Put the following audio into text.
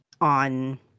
on